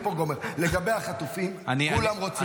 לגבי החטופים, כולם רוצים.